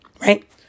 right